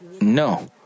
No